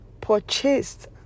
purchased